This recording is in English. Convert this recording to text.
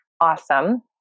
awesome